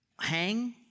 Hang